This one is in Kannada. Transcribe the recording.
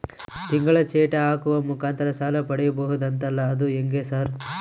ತಿಂಗಳ ಚೇಟಿ ಹಾಕುವ ಮುಖಾಂತರ ಸಾಲ ಪಡಿಬಹುದಂತಲ ಅದು ಹೆಂಗ ಸರ್?